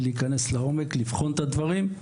להיכנס לעומק ולבחון את הדברים.